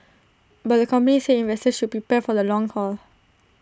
but the company said investors should be prepared for the long haul